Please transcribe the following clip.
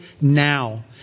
now